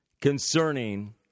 concerning